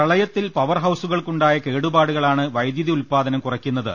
പ്രളയത്തിൽ പവർഹൌസുകൾക്കുണ്ടായ കേടുപാടുകളാണ് വൈദ്യുതി ഉൽപ്പാദനം കുറയ്ക്കു ന്നത്